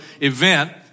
event